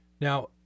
Now